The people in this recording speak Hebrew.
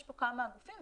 יש פה כמה גופים,